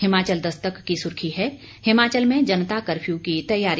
हिमाचल दस्तक की सुर्खी है हिमाचल में जनता कर्फ्यू की तैयारी